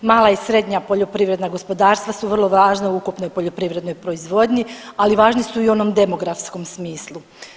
Mala i srednja poljoprivredna gospodarstva su vrlo važna u ukupnoj poljoprivrednoj proizvodnji, ali važni su i u onom demografskom smislu.